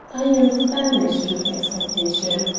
i am famished with expectation,